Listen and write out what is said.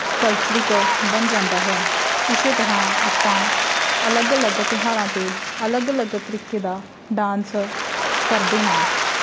ਕਲਚਰਿਕ ਬਣ ਜਾਂਦਾ ਹੈ ਇਸੇ ਤਰ੍ਹਾਂ ਆਪਾਂ ਅਲੱਗ ਅਲੱਗ ਤਿਉਹਾਰਾਂ 'ਤੇ ਅਲੱਗ ਅਲੱਗ ਤਰੀਕੇ ਦਾ ਡਾਂਸ ਕਰਦੇ ਹਾਂ